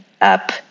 up